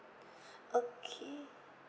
okay